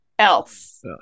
else